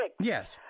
Yes